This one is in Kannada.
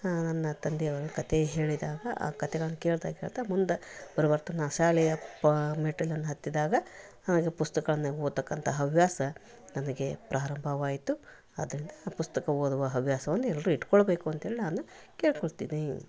ನನ್ನ ತಂದೆಯವರು ಕಥೆ ಹೇಳಿದಾಗ ಆ ಕಥೆಗಳನ್ನ ಕೇಳ್ತಾ ಕೇಳ್ತಾ ಮುಂದೆ ಪರಿವರ್ತನಾ ಶಾಲೆಯ ಮೆಟ್ಟಿಲನ್ನ ಹತ್ತಿದಾಗ ಪುಸ್ತಕಗಳನ್ನು ಓದತಕ್ಕಂತಹ ಹವ್ಯಾಸ ನನಗೆ ಪ್ರಾರಂಭವಾಯಿತು ಅದರಿಂದ ಪುಸ್ತಕ ಓದುವ ಹವ್ಯಾಸವನ್ನು ಎಲ್ಲರೂ ಇಟ್ಟೋಳ್ಬೇಕು ಅಂಥೇಳಿ ನಾನು ಕೇಳ್ಕೊಳ್ತೀನಿ